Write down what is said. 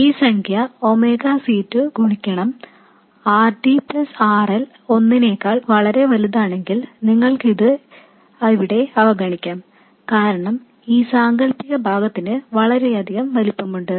ഈ സംഖ്യ omega C2 ഗുണിക്കണം RD RL ഒന്നിനേക്കാൾ വളരെ വലുതാണെങ്കിൽ നിങ്ങൾക്ക് ഇത് ഇവിടെ അവഗണിക്കാം കാരണം ഈ സാങ്കൽപ്പിക ഭാഗത്തിന് വളരെയധികം വലിപ്പമുണ്ട്